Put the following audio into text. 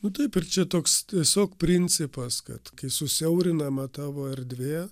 nu taip ir čia toks tiesiog principas kad kai susiaurinama tavo erdvė